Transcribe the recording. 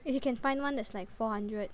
if you can find one that is like four hundred